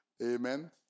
Amen